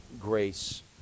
grace